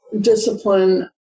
discipline